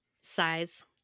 size